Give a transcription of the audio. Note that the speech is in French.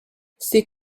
ses